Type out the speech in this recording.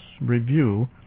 review